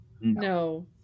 No